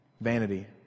vanity